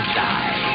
die